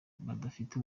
badafite